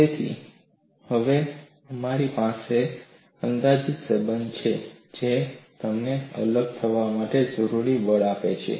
તેથી હવે અમારી પાસે અંદાજિત સંબંધ છે જે તમને અલગ થવા માટે જરૂરી બળ આપે છે